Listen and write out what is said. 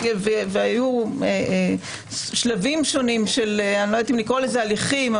והיו שלבים שונים אני לא יודעת אם לקרוא לזה הליכים,